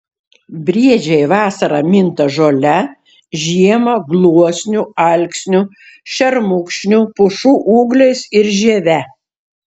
briedžiai vasarą minta žole žiemą gluosnių alksnių šermukšnių pušų ūgliais ir žieve